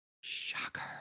Shocker